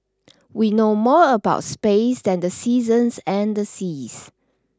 we know more about space than the seasons and the seas